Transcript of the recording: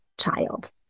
child